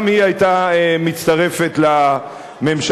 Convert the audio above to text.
גם היא היתה מצטרפת לממשלה.